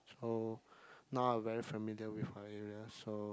so now I very familiar with her area so